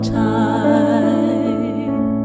time